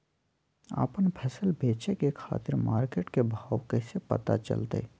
आपन फसल बेचे के खातिर मार्केट के भाव कैसे पता चलतय?